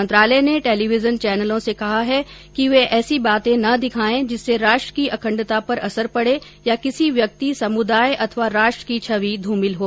मंत्रालय ने टेलीविजन चैनलों से कहा है कि वे ऐसी बातें न दिखाएं जिससे राष्ट्र की अखंडता पर असर पड़े या किसी व्यक्ति समुदाय अथवा राष्ट्र की छवि ध्रमिल हो